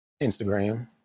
instagram